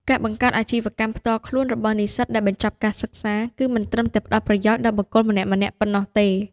ការបង្កើតអាជីវកម្មផ្ទាល់ខ្លួនរបស់និស្សិតដែលបញ្ចប់ការសិក្សា គឺមិនត្រឹមតែផ្តល់ប្រយោជន៍ដល់បុគ្គលម្នាក់ៗប៉ុណ្ណោះទេ។